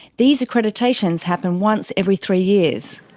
these accreditations happen once every three years.